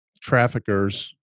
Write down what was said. traffickers